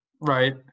Right